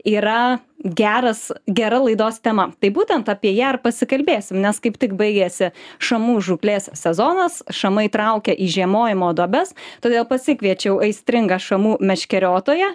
yra geras gera laidos tema tai būtent apie ją ir pasikalbėsim nes kaip tik baigėsi šamų žūklės sezonas šamai traukia į žiemojimo duobes todėl pasikviečiau aistringą šamų meškeriotoją